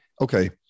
okay